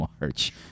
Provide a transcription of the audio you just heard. March